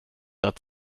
att